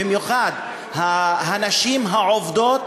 במיוחד לנשים העובדות,